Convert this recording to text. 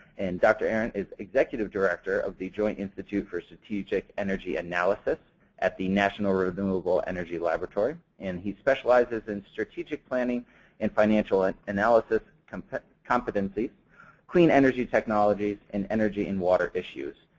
and dr. arent is executive director of the joint institute for strategic energy analysis at the national renewable energy laboratory nrel. and he specializes in strategic planning and financial and analysis competencies clean energy technologies and energy and water issues,